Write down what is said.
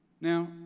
Now